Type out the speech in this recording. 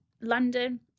London